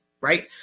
right